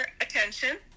attention